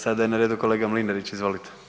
Sada je na redu kolega Mlinarić, izvolite.